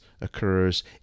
occurs